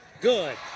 good